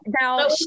now